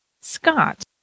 Scott